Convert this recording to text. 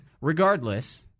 Regardless